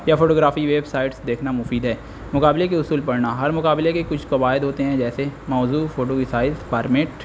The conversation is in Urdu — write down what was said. یا فوٹو گرافی ویب سائٹس دیکھنا مفید ہے مقابلے کے اصول پڑھنا ہر مقابلے کے کچھ قواعد ہوتے ہیں جیسے موضوع فوٹو کی سائز فارمیٹ